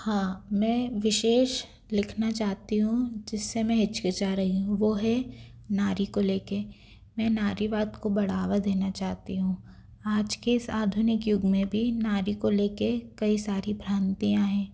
हाँ मैं विशेष लिखना चाहती हूँ जिससे मैं हिचकिचा रही हूँ वो है नारी को लेके मैं नारीवाद को बढ़ावा देना चाहती हूँ आज के इस आधुनिक युग में भी नारी को लेके कई सारी भ्रांतियाँ हैं